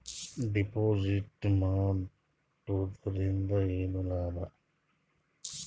Deposit ಮಾಡುದರಿಂದ ಏನು ಲಾಭ?